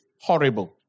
Horrible